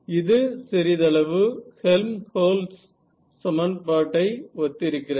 இது சிறிதளவு ஹெல்ம்ஹோல்ட்ஸ் சமன்பாட்டை ஒத்திருக்கிறது